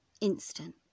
Instant